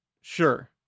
Sure